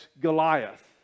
Goliath